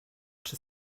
czy